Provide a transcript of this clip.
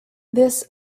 this